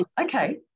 okay